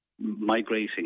Migrating